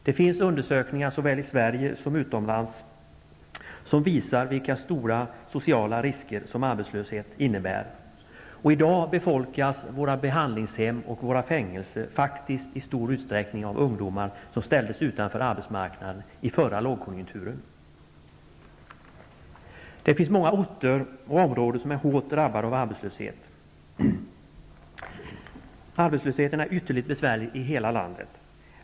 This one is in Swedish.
Det finns undersökningar såväl i Sverige som utomlands, som visar vilka stora sociala risker arbetslöshet innebär. I dag befolkas våra behandlingshem och fängelser faktiskt i stor utsträckning av ungdomar som ställdes utanför arbetsmarknaden i den förra lågkonjunkturen. Många orter och områden är hårt drabbade av arbetslöshet. Arbetslösheten är ytterligt besvärlig i hela landet.